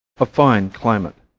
a fine climate